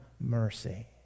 mercy